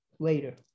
later